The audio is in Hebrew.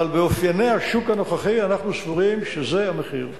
אבל באפיוני השוק הנוכחי, אנחנו סבורים שזה המחיר.